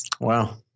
Wow